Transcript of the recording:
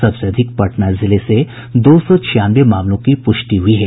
सबसे अधिक पटना जिले से दो सौ छियानवे मामलों की पुष्टि हुई है